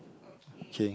okay